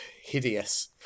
hideous